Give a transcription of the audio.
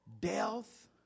Death